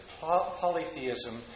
Polytheism